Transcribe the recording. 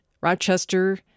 Rochester